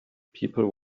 people